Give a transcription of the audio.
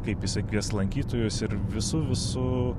kaip jisai kvies lankytojus ir visu visu